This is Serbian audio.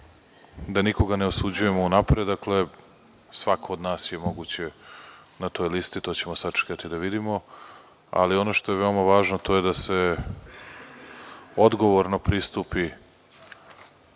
nikoga ne osuđujemo unapred, dakle, svako od nas je moguće na toj listi, to ćemo sačekati da vidimo, ali ono što je veoma važno, to je da se odgovorno pristupi